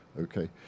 Okay